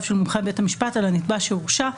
של מומחה בית המשפט על הנתבע שהורשע,